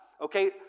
okay